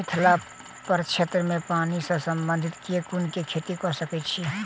मिथिला प्रक्षेत्र मे पानि सऽ संबंधित केँ कुन खेती कऽ सकै छी?